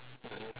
mmhmm